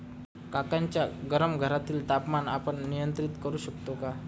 काकांच्या गरम घरातील तापमान आपण नियंत्रित करु शकतो का?